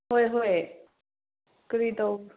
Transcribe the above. ꯍꯣꯏ ꯍꯣꯏ ꯀꯔꯤ ꯇꯧꯕ꯭ꯔ